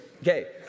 okay